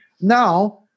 Now